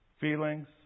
feelings